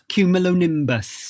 Cumulonimbus